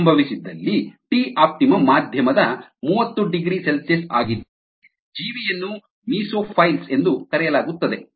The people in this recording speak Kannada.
ಇದು ಸಂಭವಿಸಿದಲ್ಲಿ ಟಿ ಆಪ್ಟಿಮಮ್ ಮಾಧ್ಯಮದ 30ºC ಆಗಿದ್ದರೆ ಜೀವಿಯನ್ನು ಮೀಸೋಫೈಲ್ಸ್ ಎಂದು ಕರೆಯಲಾಗುತ್ತದೆ